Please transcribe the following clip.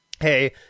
hey